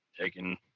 taking